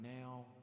now